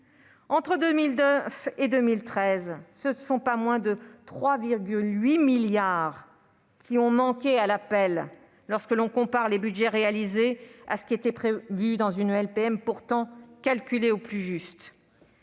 Entre 2009 et 2013, ce ne sont pas moins de 3,8 milliards d'euros qui ont manqué à l'appel si l'on compare les budgets exécutés à ce que prévoyait une LPM pourtant calculée au plus juste.